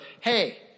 hey